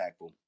impactful